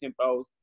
tempos